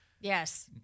Yes